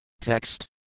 Text